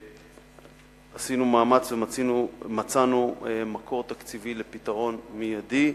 עשינו מאמץ ומצאנו מקור תקציבי לפתרון מיידי.